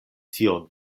tion